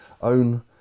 own